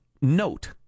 Note